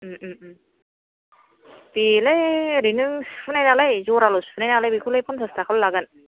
बेलाय ओरैनो सुहोनायालाय जराल' सनायालाय बेखौलाय पन्सास थाखाल' लागोन